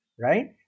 right